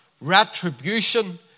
retribution